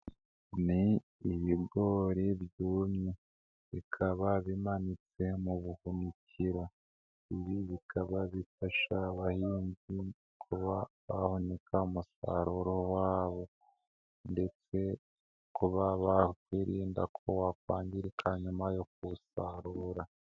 Ni ibigori byumye bikaba bimanitse mu buhunikiro, ibi bikaba bifasha abahinzi kuba bahunika umusaruro wabo ndetse kuba bakwirinda ko wakwangirika nyuma yo kuwusarura.